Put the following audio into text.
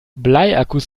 bleiakkus